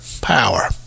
power